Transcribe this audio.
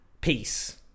peace